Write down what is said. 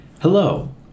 Hello